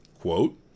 Quote